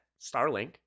Starlink